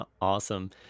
Awesome